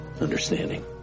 understanding